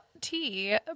tea